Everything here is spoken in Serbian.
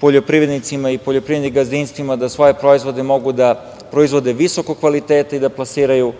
poljoprivrednicima i poljoprivrednim gazdinstvima da svoje proizvode mogu da proizvode visokog kvaliteta i da plasiraju